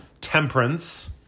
Temperance